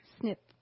Snip